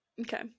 Okay